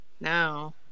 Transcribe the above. No